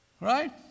Right